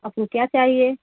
आपको क्या चाहिए